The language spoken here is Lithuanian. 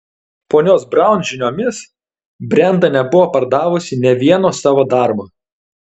ponios braun žiniomis brenda nebuvo pardavusi nė vieno savo darbo